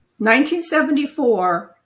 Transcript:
1974